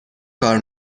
کار